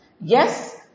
yes